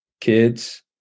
kids